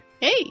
Hey